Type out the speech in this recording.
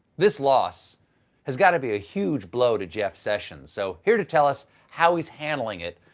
this loss has got to be a huge blow to jeff sessions, so here to tell us how he's handling it,